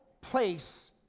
place